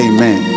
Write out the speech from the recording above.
Amen